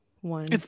one